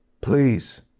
Please